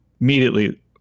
immediately